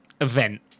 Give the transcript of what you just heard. event